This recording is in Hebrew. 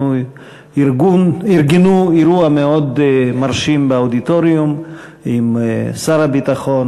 שארגנו אירוע מאוד מרשים באודיטוריום עם שר הביטחון,